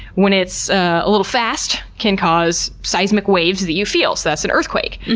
when it's a little fast, can cause seismic waves that you feel. so that's an earthquake.